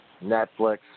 Netflix